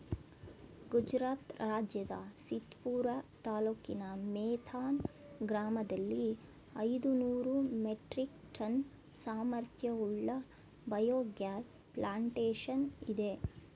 ಗುಜರಾತ್ ರಾಜ್ಯದ ಸಿದ್ಪುರ ತಾಲೂಕಿನ ಮೇಥಾನ್ ಗ್ರಾಮದಲ್ಲಿ ಐದುನೂರು ಮೆಟ್ರಿಕ್ ಟನ್ ಸಾಮರ್ಥ್ಯವುಳ್ಳ ಬಯೋಗ್ಯಾಸ್ ಪ್ಲಾಂಟೇಶನ್ ಇದೆ